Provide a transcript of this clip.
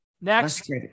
Next